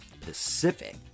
Pacific